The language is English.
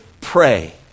Pray